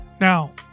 Now